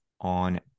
on